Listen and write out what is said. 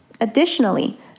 Additionally